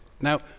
Now